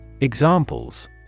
Examples